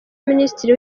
minisitiri